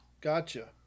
Gotcha